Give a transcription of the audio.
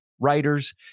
writers